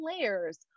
layers